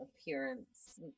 appearance